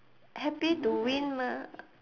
happy to win mah